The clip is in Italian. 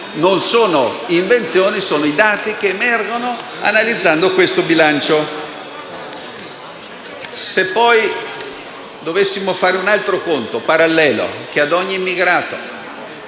Non sono invenzioni, ma i dati che emergono analizzando questo bilancio. Se poi dovessimo fare un altro conto parallelo, per cui per ogni immigrato